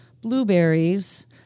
Blueberries